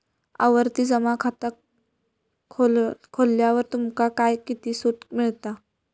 आवर्ती जमा खाता खोलल्यावर तुमका काय किती सूट मिळता?